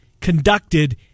conducted